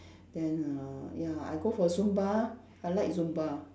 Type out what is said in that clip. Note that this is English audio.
then uh ya I go for zumba I like zumba